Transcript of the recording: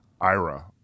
Ira